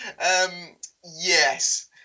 Yes